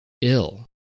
ill